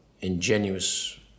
ingenuous